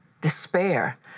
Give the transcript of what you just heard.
despair